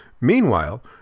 Meanwhile